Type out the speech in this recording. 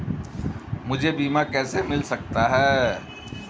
मुझे बीमा कैसे मिल सकता है?